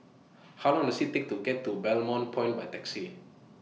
How Long Does IT Take to get to Balmoral Point By Taxi